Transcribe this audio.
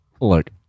look